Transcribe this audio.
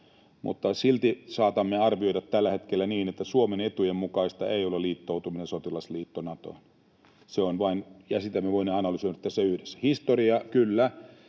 mutta silti saatamme arvioida tällä hetkellä niin, että Suomen etujen mukaista ei ole liittoutuminen sotilasliitto Natoon, ja sitä me voimme analysoida tässä yhdessä. Kyllä,